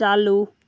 ᱪᱟᱞᱩ